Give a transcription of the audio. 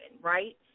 right